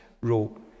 wrote